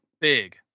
Big